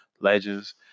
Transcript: legends